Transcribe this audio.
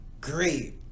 great